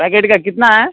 packet का कितना है